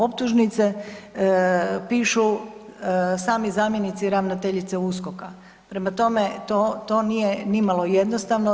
Optužnice pišu sami zamjenici ravnateljice USKOK-a, prema tome to nije nimalo jednostavno.